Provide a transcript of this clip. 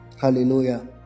Hallelujah